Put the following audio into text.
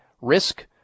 risk